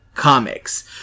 comics